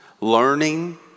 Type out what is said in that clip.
Learning